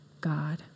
God